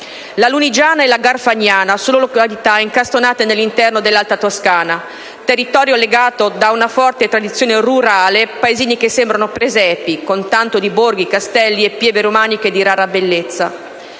La Lunigiana e la Garfagnana sono località incastonate all'interno dell'Alta Toscana, territorio legato da una forte tradizione rurale, paesini che sembrano presepi, con tanto di borghi, castelli e pievi romaniche di rara bellezza.